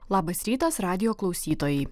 labas rytas radijo klausytojai